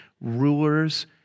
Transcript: rulers